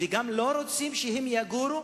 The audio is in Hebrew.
וגם לא רוצים שהם יגורו